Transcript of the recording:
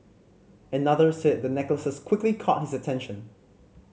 another said the necklaces quickly caught his attention